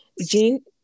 Jean